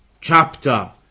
chapter